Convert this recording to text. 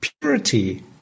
purity